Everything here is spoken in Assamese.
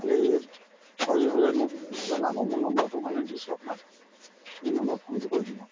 খালি কৰি হ'লে মোক জনাব মোৰ নম্বৰটো মানে দিছোঁ আপোনাক এই নম্বৰত ফোনটো কৰি দিব